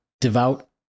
devout